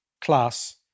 class